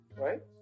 Right